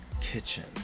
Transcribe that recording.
kitchen